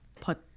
put